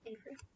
Avery